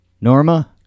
Norma